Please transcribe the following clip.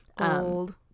old